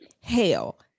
hell